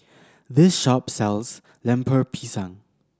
this shop sells Lemper Pisang